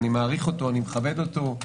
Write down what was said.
אני מעריך אותו ומכבד אותו,